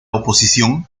oposición